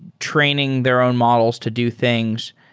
training their own models to do things.